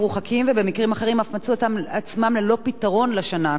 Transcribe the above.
ובמקרים אחרים אף מצאו עצמם ללא פתרון לשנה הקרובה.